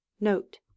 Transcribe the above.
Note